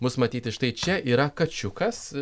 mus matyti štai čia yra kačiukas